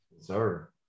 Sir